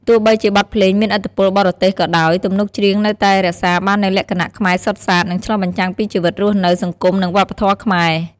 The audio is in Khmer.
ទោះបីជាបទភ្លេងមានឥទ្ធិពលបរទេសក៏ដោយ ទំនុកច្រៀងនៅតែរក្សាបាននូវលក្ខណៈខ្មែរសុទ្ធសាធ និងឆ្លុះបញ្ចាំងពីជីវិតរស់នៅ សង្គម និងវប្បធម៌ខ្មែរ។